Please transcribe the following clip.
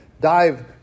dive